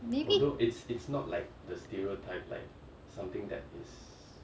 maybe